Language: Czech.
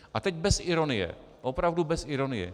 A teď bez ironie, opravdu bez ironie.